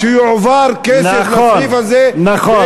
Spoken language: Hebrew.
שיועבר כסף לסעיף הזה, נכון.